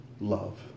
love